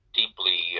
deeply